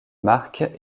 marques